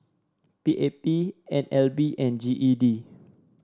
P A P N L B and G E D